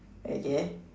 okay